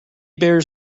bears